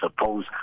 suppose